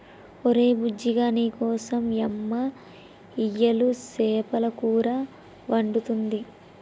ఒరే బుజ్జిగా నీకోసం యమ్మ ఇయ్యలు సేపల కూర వండుతుంది